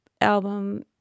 album